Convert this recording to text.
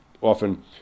often